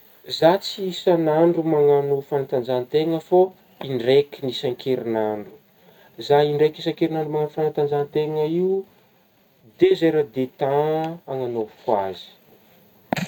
Zah tsy isagn'andro managno fanantanjahategna fô indraikigny isan-kerignandro ,zah indraiky isan-kerignandro managno fanatanjahategna io deux heures de temps anagnaovako azy.